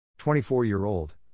24-year-old